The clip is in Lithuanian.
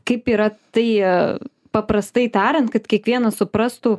kaip yra tai paprastai tariant kad kiekvienas suprastų